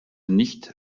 nicht